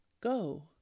go